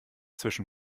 zwischen